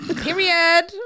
Period